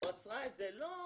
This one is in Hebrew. היא עצרה את זה "לא,